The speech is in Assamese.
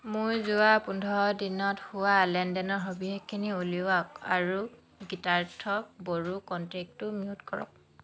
মোৰ যোৱা পোন্ধৰ দিনত হোৱা লেনদেনৰ সবিশেষখিনি উলিয়াওক আৰু গীতাৰ্থ বড়ো কণ্টেক্টটো মিউট কৰক